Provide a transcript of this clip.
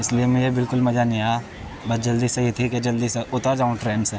اس لیے مجھے بالکل مزہ نہیں آیا بس جلدی سے یہ تھی کہ جلدی سے اتر جاؤں ٹرین سے